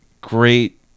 great